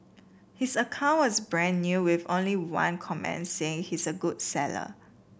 his account was brand new with only one comment saying he's a good seller